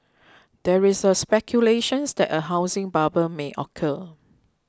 there is a speculation that a housing bubble may occur